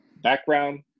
Background